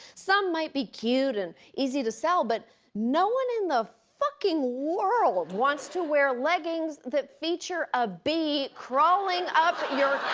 some might be cute and easy to sell. but no one in the fucking world wants to wear leggings that feature a bee crawling up your